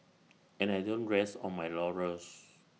and I don't rest on my laurels